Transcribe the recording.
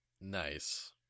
Nice